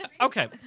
Okay